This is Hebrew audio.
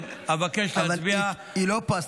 אבל היא לא פה,